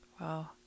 Wow